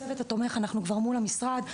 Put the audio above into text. הצוות התומך אנחנו כבר מול המשרד,